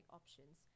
options